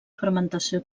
fermentació